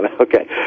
okay